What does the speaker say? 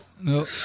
No